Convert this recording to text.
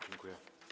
Dziękuję.